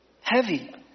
heavy